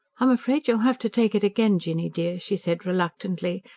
i'm afraid you'll have to take it again, jinny dear, she said reluctantly,